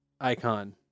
icon